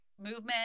movement